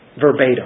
verbatim